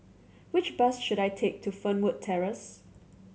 which bus should I take to Fernwood Terrace